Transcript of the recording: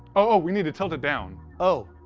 oh we need to tilt it down. oh,